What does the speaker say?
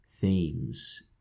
themes